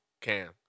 Cam